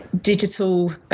digital